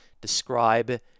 describe